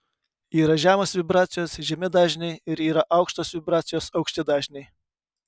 yra žemos vibracijos žemi dažniai ir yra aukštos vibracijos aukšti dažniai